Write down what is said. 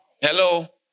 Hello